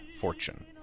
fortune